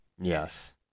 Yes